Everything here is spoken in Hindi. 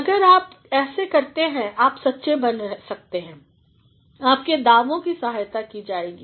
तो अगर आप ऐसे करते हैं आप सच्चे बन रहे हैं और आपके दावोंकी सहायता की जाएगी